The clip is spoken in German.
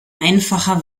einfacher